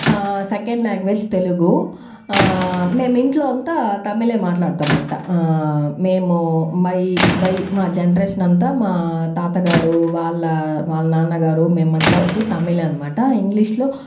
second language Telugu మేము ఇంట్లో అంతా తమిళే మాట్లాడతామంట మేము బై బై మా జెనరేషన్ అంతా మా తాత గారు వాళ్ళ వాళ్ళ నాన్న గారు మేమంతా వచ్చి తమిళే అనమాట ఇంగ్లీష్లో